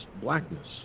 blackness